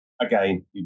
Again